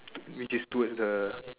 which is towards the